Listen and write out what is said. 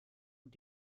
und